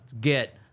get